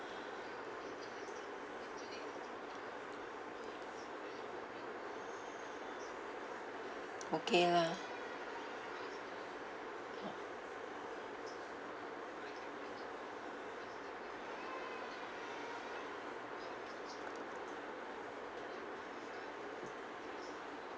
okay lah